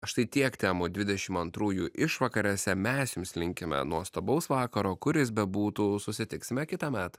štai tiek temų dvidešim antrųjų išvakarėse mes jums linkime nuostabaus vakaro kur jis bebūtų susitiksime kitąmet